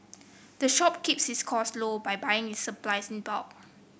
the shop keeps its costs low by buying its supplies in bulk